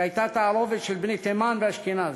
שהייתה תערובת של בני תימן ואשכנז.